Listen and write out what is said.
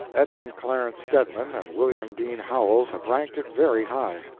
edmund clarence stedman and william dean howells have ranked it very high.